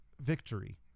victory